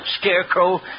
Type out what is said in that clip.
scarecrow